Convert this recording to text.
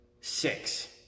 Six